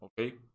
okay